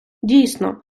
дійсно